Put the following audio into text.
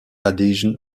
adhesion